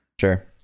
Sure